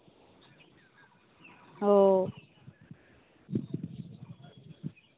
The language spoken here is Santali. ᱚ